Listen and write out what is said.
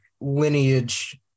lineage